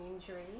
injury